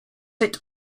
sit